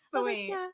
sweet